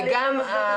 כן.